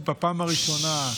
בפעם הראשונה,